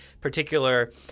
particular